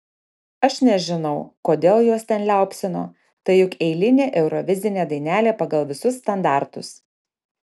aš nežinau kodėl juos ten liaupsino tai juk eilinė eurovizinė dainelė pagal visus standartus